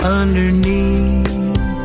underneath